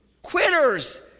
Quitters